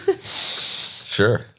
Sure